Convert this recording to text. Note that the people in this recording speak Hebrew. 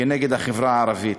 כנגד החברה הערבית.